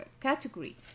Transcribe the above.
category